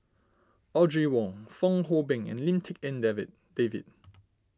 Audrey Wong Fong Hoe Beng and Lim Tik En Davi David